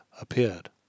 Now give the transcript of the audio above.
appeared